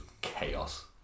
chaos